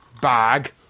bag